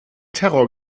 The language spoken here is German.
terror